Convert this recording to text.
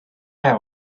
have